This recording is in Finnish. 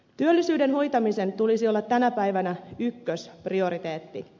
työllisyyden hoitamisen tulisi olla tänä päivänä ykkösprioriteetti